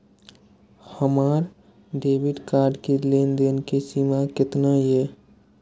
हमार debit card के लेन देन के सीमा केतना ये?